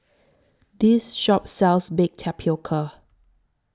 This Shop sells Baked Tapioca